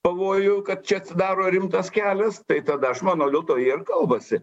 pavojų kad čia atsidaro rimtas kelias tai tada aš manau dėl to jie ir kalbasi